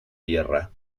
tierra